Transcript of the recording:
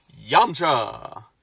Yamcha